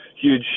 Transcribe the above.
huge